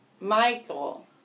Michael